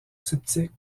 sceptique